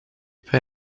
pay